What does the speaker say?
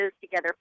together